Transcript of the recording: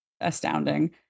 astounding